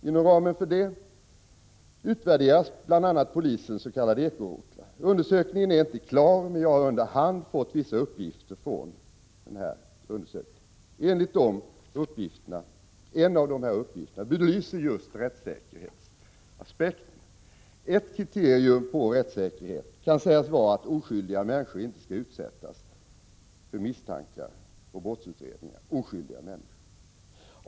Inom ramen för det utvärderas bl.a. polisenss.k. ekorotlar. Undersökningen är inte klar, men jag har under hand fått vissa uppgifter från undersökningen. En av de uppgifterna belyser just rättssäkerhetsaspekten. Ett kriterium på rättssäkerhet kan sägas vara att oskyldiga människor inte skall utsättas för misstankar och brottsutredning.